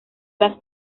las